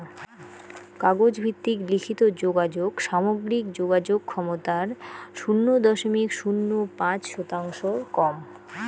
কাগজ ভিত্তিক লিখিত যোগাযোগ সামগ্রিক যোগাযোগ ক্ষমতার শুন্য দশমিক শূন্য পাঁচ শতাংশর কম